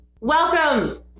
Welcome